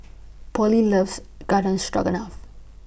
Pollie loves Garden Stroganoff